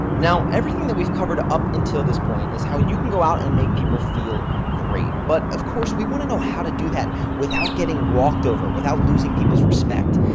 now everything that we've covered up until this point is how you can go out and make people feel great but of course we want to know how to do that without getting walked over, without losing people's respect,